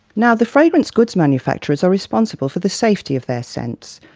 now, the fragranced goods manufacturers are responsible for the safety of their scents.